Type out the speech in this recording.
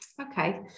Okay